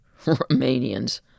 Romanians